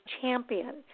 champion